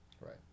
Right